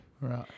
Right